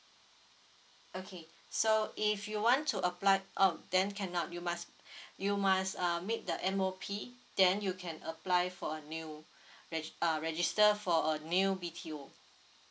okay so if you want to apply um then cannot you must you must uh meet the M_O_P then you can apply for a new reg~ uh register for a new B_T_O